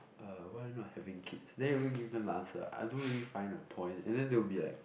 uh why are you not having kids then you gonna give them the answer I don't really find a point and then they will be like